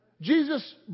Jesus